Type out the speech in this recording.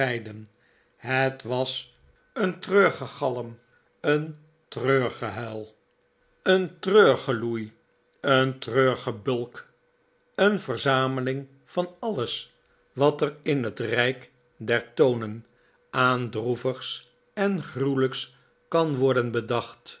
het was een treurgegalm een treurgehuil een serenade ten huize van juffrouw todgers treurgeloei een treurgebulk een verzameling van alles wat er in het rijk der tonen aan droevigs en gruwelijks kan worden bedacht